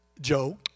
Joe